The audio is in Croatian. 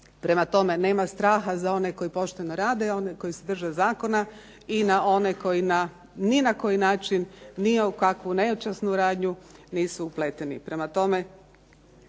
Prema tome, nema straha za one koji pošteno rade, one koji se drže zakona i na one koji ni na koji način ni u kakvu nečasnu radnju nisu upleteni.